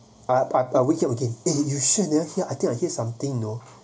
but but okay okay eh I think I hear something you know